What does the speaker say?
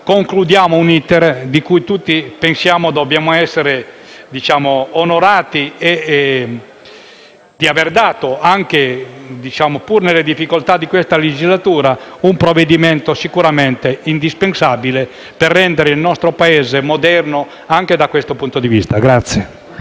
concludiamo un *iter* di cui tutti dobbiamo essere onorati, perché dotiamo il nostro ordinamento, pur nelle difficoltà di questa legislatura, di un provvedimento sicuramente indispensabile per rendere il nostro Paese moderno anche da questo punto di vista.